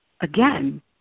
again